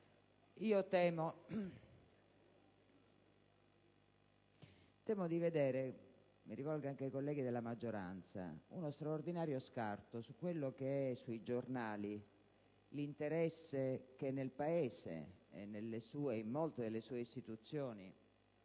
temo di vedere - mi rivolgo anche ai colleghi della maggioranza - uno straordinario scarto tra quello che sui giornali è l'interesse che nel Paese e in molte delle sue istituzioni è